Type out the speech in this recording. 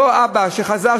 אותו אבא שחזר,